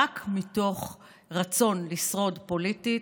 רק מתוך רצון לשרוד פוליטית.